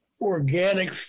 organic